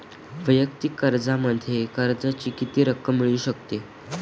वैयक्तिक कर्जामध्ये कर्जाची किती रक्कम मिळू शकते?